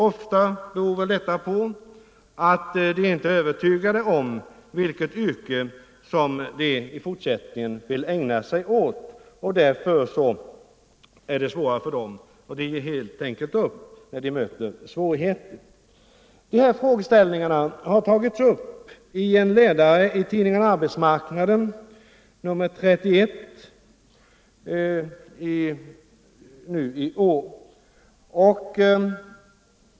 Ofta beror detta på att de inte är övertygade om vilket yrke de i fortsättningen vill ägna sig åt. Därför ger de helt enkelt upp när de möter svårigheter. De här frågeställningarna har tagits upp i en ledare i tidningen Arbetsmarknaden, nr 31 i år.